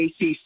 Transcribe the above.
ACC